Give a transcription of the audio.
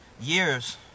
years